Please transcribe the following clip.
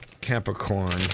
Capricorn